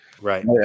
right